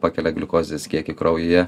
pakelia gliukozės kiekį kraujyje